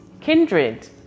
kindred